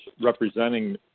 representing